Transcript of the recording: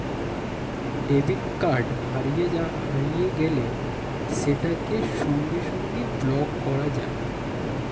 debit card হারিয়ে গেলে সেটাকে সঙ্গে সঙ্গে ব্লক করা যায়